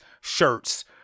shirts